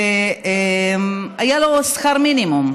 והיה לו שכר מינימום,